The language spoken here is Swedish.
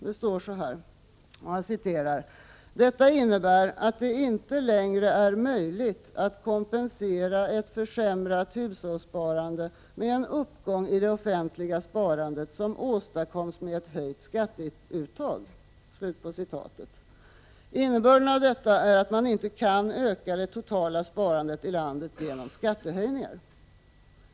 Där står det så här: ”Detta innebär att det inte längre är möjligt att kompensera ett försämrat hushållssparande med en uppgång i det offentliga sparandet, som åstadkoms med ett höjt skatteuttag.” Innebörden är att man inte kan öka det totala sparandet i landet genom skattehöjningar.